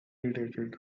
irritated